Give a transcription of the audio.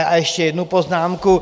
A ještě jednu poznámku.